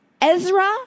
Ezra